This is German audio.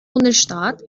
bundesstaat